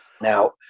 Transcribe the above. Now